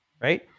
Right